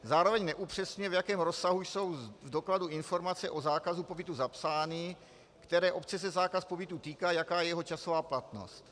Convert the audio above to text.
Zároveň neupřesňuje, v jakém rozsahu jsou z dokladu informace o zákazu pobytu zapsány, které obce se zákaz pobytu týká a jaká je jeho časová platnost.